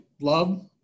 love